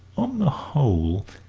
on the whole,